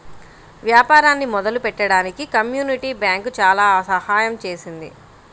వ్యాపారాన్ని మొదలుపెట్టడానికి community bank చాలా సహాయం చేసింది